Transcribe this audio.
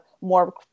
more